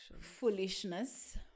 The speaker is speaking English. foolishness